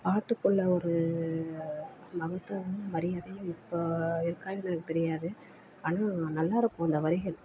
பாட்டுக்களில் ஒரு மகத்துவமும் மரியாதையும் இப்போது இருக்கா என்னென்னு எனக்கு தெரியாது ஆனால் நல்லாயிருக்கும் அந்த வரிகள்